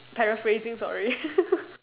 paraphrasing sorry